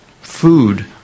Food